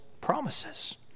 promises